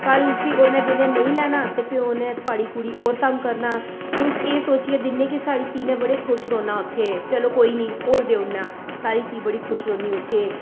कल्ल फ्ही उ'नें जेल्लै नेईं लेआना ते फ्ही उ'नें थुआढ़ी कुड़ी गी होर तंग करना तुस एह् सोचियै दिन्ने कि साढ़ी धी ने बड़े खुश रौह्ना उत्थै चलो कोई नेईं होर देई ओड़ने आं साढ़ी धीऽ बड़ी खुश रौह्नी उत्थै